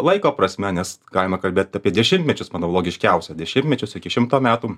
laiko prasme nes galima kalbėt apie dešimtmečius manau logiškiausia dešimtmečius iki šimto metų